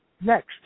next